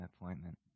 appointment